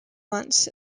months